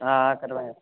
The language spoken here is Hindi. हाँ हाँ करवाया